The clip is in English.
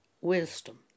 wisdom